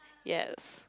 yes